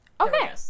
Okay